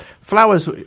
flowers